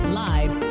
live